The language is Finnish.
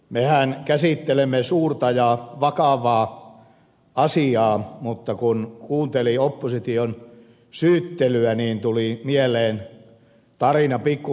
mehän käsittelemme suurta ja vakavaa asiaa mutta kun kuunteli opposition syyttelyä tuli mieleen tarina pikku kallesta